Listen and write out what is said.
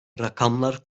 rakamlar